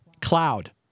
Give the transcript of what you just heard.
Cloud